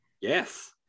Yes